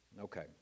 Okay